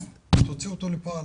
אז תוציאו אותו לפועל,